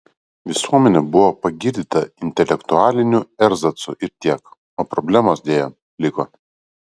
visuomenė buvo pagirdyta intelektualiniu erzacu ir tiek o problemos deja liko